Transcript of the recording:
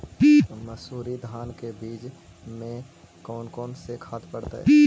मंसूरी धान के बीज में कौन कौन से खाद पड़तै?